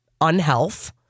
unhealth